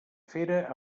fera